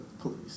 police